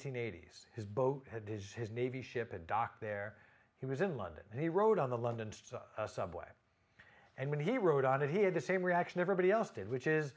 early eighty's his boat had his his navy ship a dock there he was in london and he rode on the london subway and when he rode on it he had the same reaction everybody else did which is